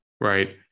right